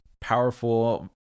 powerful